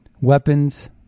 Weapons